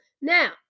Now